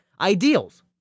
ideals